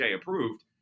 approved